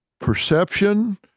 perception